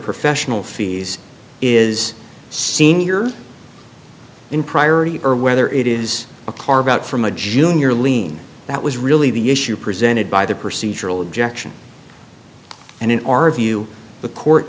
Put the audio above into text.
professional fees is senior in priority or whether it is a carve out from a junior lien that was really the issue presented by the procedural objection and in our view the court